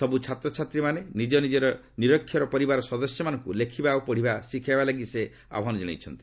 ସବୁ ଛାତ୍ରଛାତ୍ରୀମାନେ ନିଜ ନିଜର ନିରକ୍ଷର ପରିବାର ସଦସ୍ୟମାନଙ୍କୁ ଲେଖିବା ଓ ପଢ଼ିବା ଶିଖାଇବା ଲାଗି ସେ ଆହ୍ୱାନ ଜଣାଇଛନ୍ତି